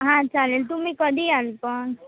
हां चालेल तुम्ही कधी याल पण